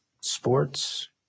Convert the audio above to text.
sports